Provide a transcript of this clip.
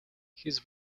his